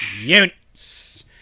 units